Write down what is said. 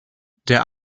der